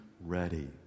ready